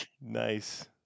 nice